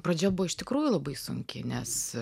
pradžia buvo iš tikrųjų labai sunki nes